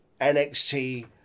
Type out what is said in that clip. NXT